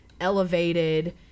elevated